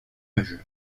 majeur